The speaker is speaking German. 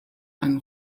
ein